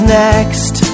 next